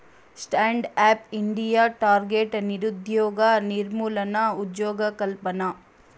stand up India target నిరుద్యోగ నిర్మూలన, ఉజ్జోగకల్పన